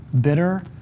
bitter